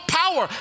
power